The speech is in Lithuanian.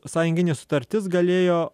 sąjunginė sutartis galėjo